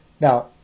Now